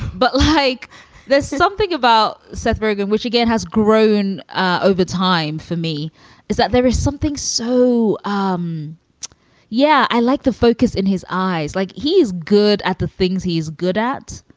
but like there's something about seth rogen, which again, has grown ah over time for me is that there is something. so um yeah. i like the focus in his eyes, like he's good at the things he's good at.